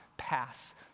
Pass